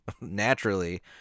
naturally